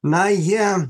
na jie